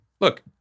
Look